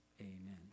Amen